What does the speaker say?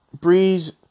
Breeze